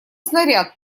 снаряд